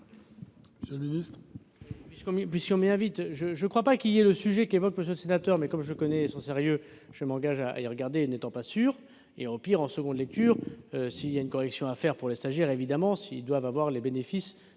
Monsieur le ministre,